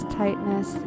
tightness